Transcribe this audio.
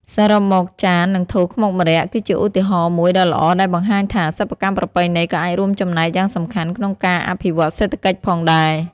សរុបមក ចាន និងថូខ្មុកម្រ័ក្សណ៍ គឺជាឧទាហរណ៍មួយដ៏ល្អដែលបង្ហាញថា សិប្បកម្មប្រពៃណីក៏អាចរួមចំណែកយ៉ាងសំខាន់ក្នុងការអភិវឌ្ឍសេដ្ឋកិច្ចផងដែរ។